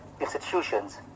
institutions